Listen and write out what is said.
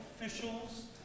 officials